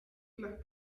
las